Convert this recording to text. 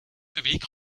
publiques